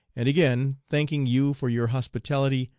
and again thanking you for your hospitality,